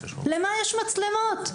למה יש מצלמות?